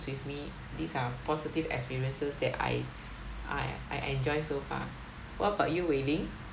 with me these are positive experiences that I I I enjoy so far what about you wei ling